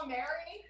Mary